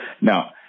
Now